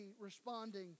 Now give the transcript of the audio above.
responding